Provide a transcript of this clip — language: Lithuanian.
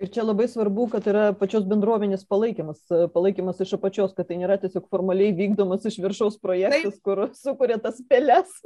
ir čia labai svarbu kad yra pačios bendruomenės palaikymas palaikymas iš apačios kad tai nėra tiesiog formaliai vykdomas iš viršaus projektais kur sukuria tas peles